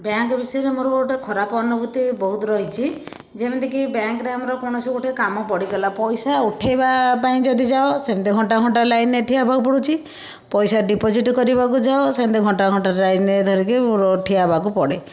bank ବିଷୟରେ ମୋର ଗୋଟେ ଖରାପ ଅନୁଭୂତି ବହୁତ ରହିଛି ଯେମିତି କି ବ୍ୟାଙ୍କରେ ଆମର କୌଣସି ଗୋଟେ କାମ ପଡ଼ିଗଲା ପଇସା ଉଠାଇବା ପାଇଁ ଯଦି ଯାଅ ସେମିତି ଘଣ୍ଟା ଘଣ୍ଟା ଲାଇନ୍ରେ ଠିଆ ହେବାକୁ ପଡ଼ୁଛି ପଇସା ଡ଼ିପୋଜିଟ୍ କରିବାକୁ ଯାଅ ସେମିତି ଘଣ୍ଟା ଘଣ୍ଟା ଲାଇନ୍ରେ ଯାଇକି ଠିଆ ହେବାକୁ ପଡ଼େ